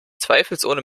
zweifelsohne